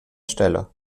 stelle